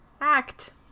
act